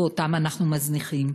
ואותם אנחנו מזניחים.